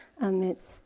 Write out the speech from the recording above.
amidst